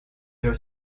their